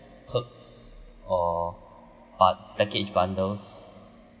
perks or uh package bundles